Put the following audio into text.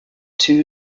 two